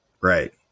Right